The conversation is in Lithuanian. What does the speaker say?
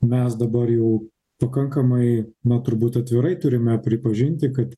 mes dabar jau pakankamai na turbūt atvirai turime pripažinti kad